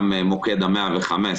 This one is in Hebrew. גם מוקד ה-115,